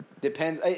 Depends